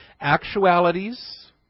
actualities